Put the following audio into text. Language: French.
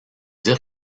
dire